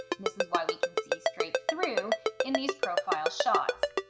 this is why we can see straight through in these profile shots.